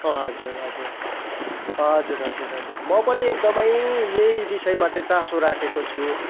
हजुर हजुर हजुर हजुर हजुर म पनि एकदमै यही विषयमा चाहिँ चासो राखेको छु